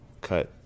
cut